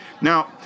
Now